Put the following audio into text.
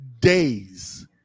days